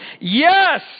Yes